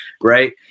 Right